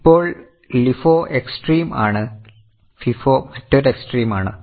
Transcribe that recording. ഇപ്പോൾ LIFO extreme ആണ് FIFO മറ്റൊരു എക്സ്ട്രീം ആണ്